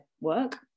work